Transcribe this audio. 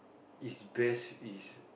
is best is